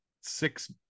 six